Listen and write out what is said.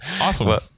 Awesome